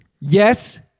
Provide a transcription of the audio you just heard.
Yes